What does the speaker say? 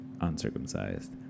uncircumcised